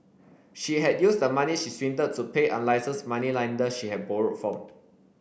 she had used the money she swindled to pay unlicensed moneylender she had borrowed from